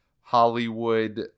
Hollywood